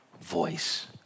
voice